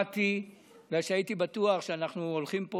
באתי בגלל שהייתי בטוח שאנחנו הולכים פה